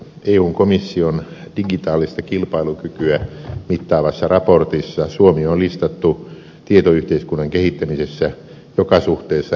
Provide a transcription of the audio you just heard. eun komission digitaalista kilpailukykyä mittaavassa raportissa suomi on listattu tietoyhteiskunnan kehittämisessä joka suhteessa edelläkävijäksi